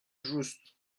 juste